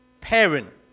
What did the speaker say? parent